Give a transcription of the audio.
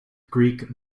greek